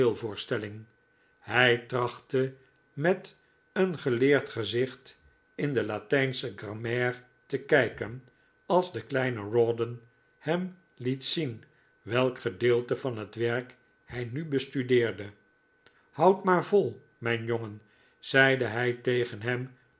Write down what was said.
tooneelvoorstelling hij trachtte met een geleerd gezicht in de latijnsche gramma ire te kijken als de kleine rawdon hem liet zien welk gedeelte van dat werk hij nu bestudeerde houd maar vol mijn jongen zeide hij tegen hem